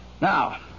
Now